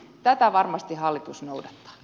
tätä varmasti hallitus noudattaa